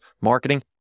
marketing